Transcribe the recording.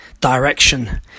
direction